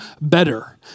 better